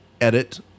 edit